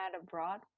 abroad